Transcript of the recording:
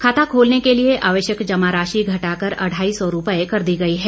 खाता खोलने के लिए आवश्यक जमा राशि घटाकर अढ़ाई सौ रुपए कर दी गई है